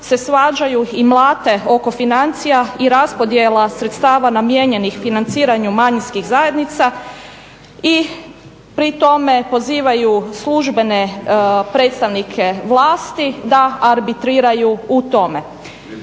se svađaju i mlate oko financija i raspodjela sredstava namijenjenih financiranju manjinskih zajednica i pri tome pozivaju službene predstavnike vlasti da arbitriraju u tome.